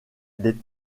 des